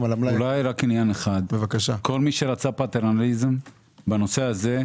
כל מי שרצה פטרנליזם בנושא הזה,